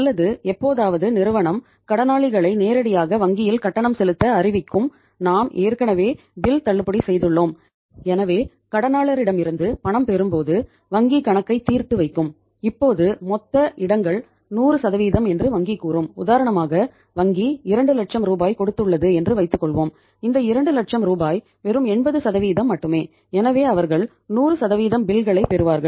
அல்லது எப்போதாவது நிறுவனம் கடனாளிகளை நேரடியாக வங்கியில் கட்டணம் செலுத்த அறிவிக்கும் நாம் ஏற்கனவே பில் பெறுவார்கள்